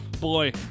boy